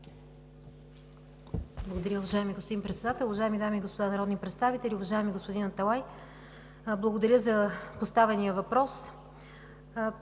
Благодаря, уважаеми господин Председател. Дами и господа народни представители! Уважаеми господин Аталай, благодаря за поставения въпрос.